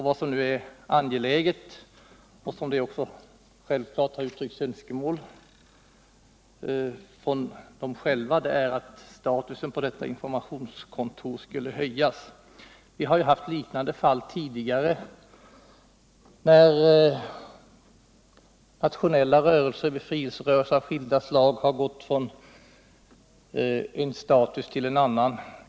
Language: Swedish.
Vad som nu är angeläget, och som det också självklart har uttryckts önskemål om från dem själva, är att statusen på detta informationskontor skulle höjas. Vi har haft liknande fall tidigare, när nationella befrielserörelser av skilda slag övergått från en status till en annan.